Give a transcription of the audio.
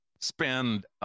spend